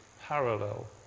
parallel